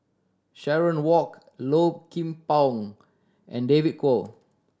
Sharon Walk Low Kim Pong and David Kwo